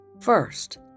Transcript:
First